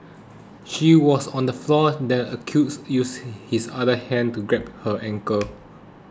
she was on the floor the accused used his other hand to grab her ankle